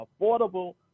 affordable